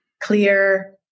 clear